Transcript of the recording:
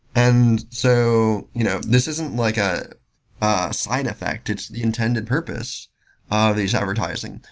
and so you know this isn't like a side effect, it's the intended purpose of these advertising.